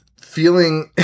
feeling